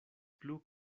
plu